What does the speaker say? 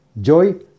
joy